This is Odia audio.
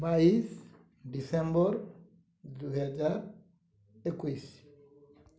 ବାଇଶି ଡିସେମ୍ବର ଦୁଇ ହଜାର ଏକୋଇଶି